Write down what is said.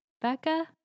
Becca